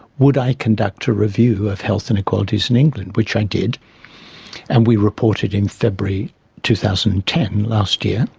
would i conduct a review of health and equalities in england which i did and we reported in february two thousand and ten, last year.